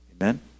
Amen